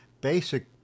basic